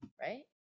Right